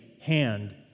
hand